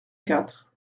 quatre